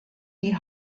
die